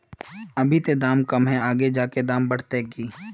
अभी ते दाम कम है आगे जाके दाम बढ़ते की?